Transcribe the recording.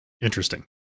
Interesting